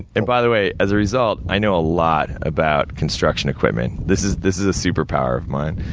and by the way, as a result, i know a lot about construction equipment. this is this is a superpower of mine.